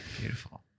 Beautiful